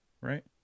right